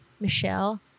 Michelle